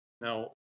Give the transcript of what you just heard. Now